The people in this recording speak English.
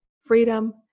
freedom